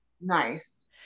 nice